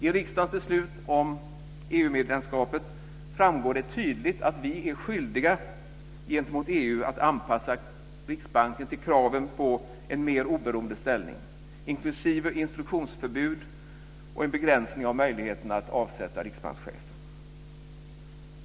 Av riksdagens beslut om EU-medlemskapet framgår det tydligt att vi är skyldiga gentemot EU att anpassa Riksbanken till kraven på en mer oberoende ställning, inklusive instruktionsförbud och en begränsning av möjligheterna att avsätta riksbankschefen.